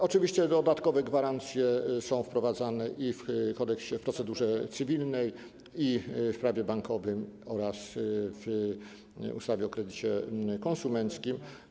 Oczywiście dodatkowe gwarancje są wprowadzane i w kodeksie, i w procedurze cywilnej, i w Prawie bankowym, i w ustawie o kredycie konsumenckim.